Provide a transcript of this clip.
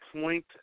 point